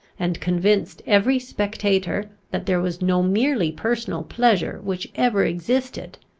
and convinced every spectator that there was no merely personal pleasure which ever existed,